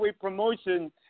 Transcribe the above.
promotion